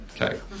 okay